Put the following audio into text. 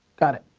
got it.